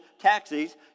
taxis